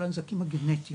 על הנזקים הגנטיים,